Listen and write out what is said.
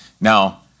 Now